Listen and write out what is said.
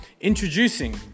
introducing